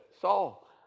Saul